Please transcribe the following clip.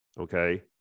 okay